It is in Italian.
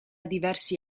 diversi